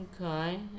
Okay